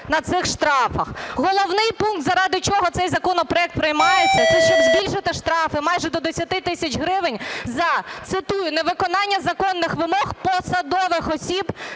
на цих штрафах. Головний пункт, заради чого цей законопроект приймається, це щоб збільшити штрафи майже до 10 тисяч гривень за, цитую, "невиконання законних вимог посадових осіб